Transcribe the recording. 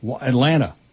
Atlanta